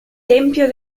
tempio